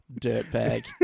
dirtbag